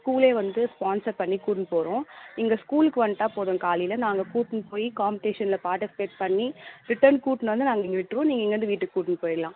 ஸ்கூலே வந்து ஸ்பான்சர் பண்ணி கூட்டின்னு போகிறோம் இங்கே ஸ்கூல்க்கு வந்துட்டா போதும் காலையில் நாங்கள் கூட்டின்னு போயி காம்படிஷனில் பார்ட்டிசிபேட் பண்ணி ரிட்டன் கூட்டின்னு வந்து நாங்கள் இங்கே விட்டிருவோம் நீங்கள் இங்கேருந்து வீட்டுக்கு கூட்டின்னு போயிடலாம்